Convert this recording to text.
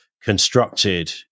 constructed